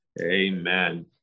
Amen